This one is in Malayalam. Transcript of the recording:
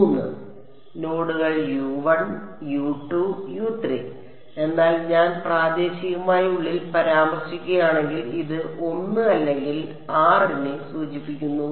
മൂന്ന് നോഡുകൾ എന്നാൽ ഞാൻ പ്രാദേശികമായി ഉള്ളിൽ പരാമർശിക്കുകയാണെങ്കിൽ ഇത് l അല്ലെങ്കിൽ r യെ സൂചിപ്പിക്കുന്നു